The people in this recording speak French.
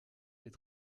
est